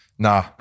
Nah